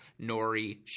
Nori